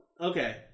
Okay